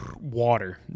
water